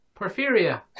Porphyria